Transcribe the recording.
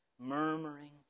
murmuring